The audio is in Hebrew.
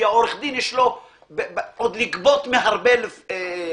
כי לעורך דין יש לגבות מעוד הרבה לפניו.